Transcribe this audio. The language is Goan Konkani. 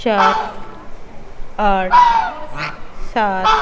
चार आठ सात